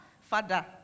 Father